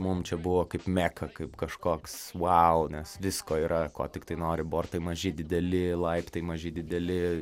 mum čia buvo kaip meka kaip kažkoks vau nes visko yra ko tiktai nori bortai maži dideli laiptai maži dideli